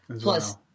Plus